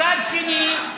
מצד שני,